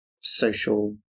social